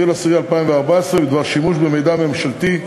באוקטובר 2016 בדבר שימוש במידע ממשלתי,